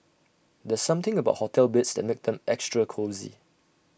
there's something about hotel beds that makes them extra cosy